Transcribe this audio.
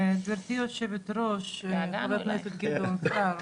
גברתי היושבת-ראש, חבר הכנסת גדעון סער,